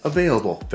Available